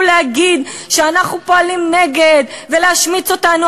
להגיד שאנחנו פועלים נגד ולהשמיץ אותנו.